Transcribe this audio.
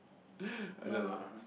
I don't know